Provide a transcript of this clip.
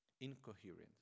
Incoherent